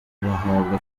bahabwa